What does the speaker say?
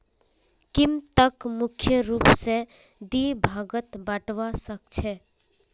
कीमतक मुख्य रूप स दी भागत बटवा स ख छ